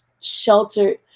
sheltered